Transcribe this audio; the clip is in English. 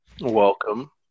Welcome